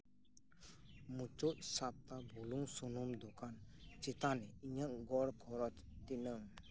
ᱢᱩᱪᱟᱹᱫ ᱥᱟᱯᱛᱟ ᱵᱩᱞᱩᱝ ᱥᱩᱱᱩᱢ ᱫᱚᱠᱟᱱ ᱪᱮᱛᱟᱱ ᱤᱧᱟᱹᱜ ᱜᱚᱲ ᱠᱷᱚᱨᱚᱪ ᱛᱤᱱᱟᱹᱜ